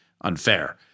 unfair